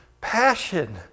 passion